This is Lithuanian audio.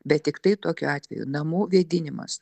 bet tiktai tokiu atveju namų vėdinimas